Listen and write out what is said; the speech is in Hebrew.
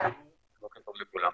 בוקר טוב לכולם.